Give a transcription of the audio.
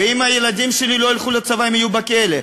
ואם הילדים שלי לא ילכו לצבא, הם יהיו בכלא.